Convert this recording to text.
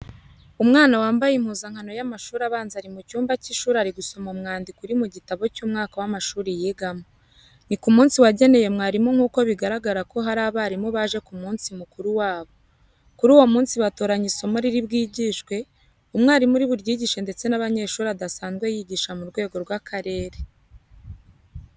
Umwana wambaye impuzankano y'amashuri abanza ari mu cyumba k'ishuri ari gusoma umwandiko uri mu gitabo cy'umwaka w'amashuri yigamo. Ni ku munsi wagenewe mwarimu nk'uko bigaragara ko hari abarimu baje mu munsi mukuru wabo. Kuri uwo munsi batoranya isomo riri bwigishwe, umwarimu uri buryishe ndetse n'abanyeshuri adasanzwe yigisha mu rwego rw'akarere.